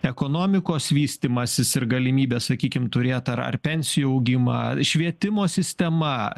ekonomikos vystymasis ir galimybė sakykim turėt ar ar pensijų augimą švietimo sistema